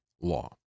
law